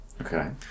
okay